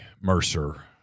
Mercer